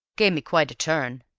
gave me quite a turn.